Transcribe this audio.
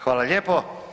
Hvala lijepo.